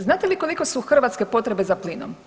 Znate li kolike su hrvatske potrebe za plinom?